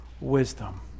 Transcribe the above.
wisdom